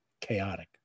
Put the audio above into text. chaotic